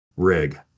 rig